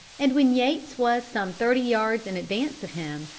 and when yates was some thirty yards in advance of him,